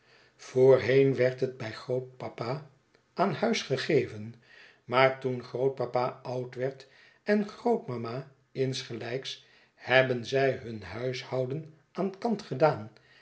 voorheen werd het bij grootpapa aan huis gegeven maar toengrootpapa oud werd en grootmama insgelijks hebben zij hun huishouden aan kant gedaan